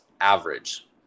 average